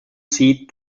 seed